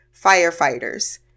firefighters